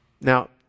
Now